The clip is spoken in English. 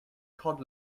cod